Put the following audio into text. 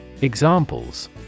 Examples